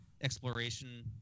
exploration